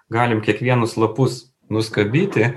galim kiekvienas lapus nuskabyti